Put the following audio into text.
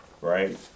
right